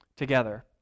together